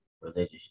religious